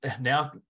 now